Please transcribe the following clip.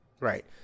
Right